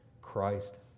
Christ